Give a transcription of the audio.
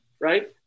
Right